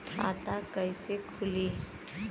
खाता कईसे खुली?